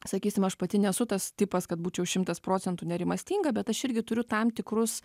sakysim aš pati nesu tas tipas kad būčiau šimtas procentų nerimastinga bet aš irgi turiu tam tikrus